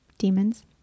Demons